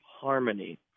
harmony